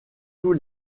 tous